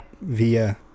via